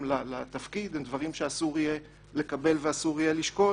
לתפקיד הם דברים שאסור יהיה לקבל ולשקול,